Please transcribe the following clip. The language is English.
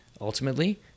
Ultimately